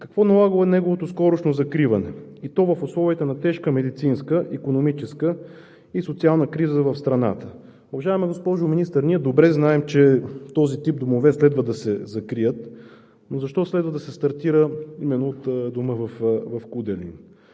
какво налага неговото скорошно закриване, и то в условията на тежка медицинска, икономическа и социална криза в страната? Уважаема госпожо Министър, ние добре знаем, че този тип домове следва да се закрият, но защо трябва да се стартира именно от Дома в с. Куделин?